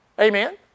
Amen